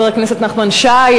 חבר הכנסת נחמן שי,